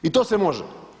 I to se može.